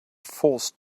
forced